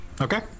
Okay